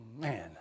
Man